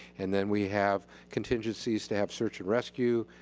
and then we have contingencies to have search and rescue.